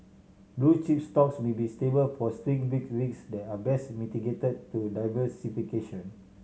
blue chip stocks may be stable but still bring risk that are best mitigated through diversification